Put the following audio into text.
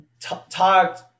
talked